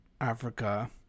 Africa